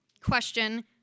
question